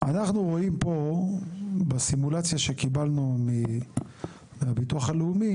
אנחנו רואים פה בסימולציה שקיבלנו מהביטוח הלאומי